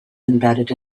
embedded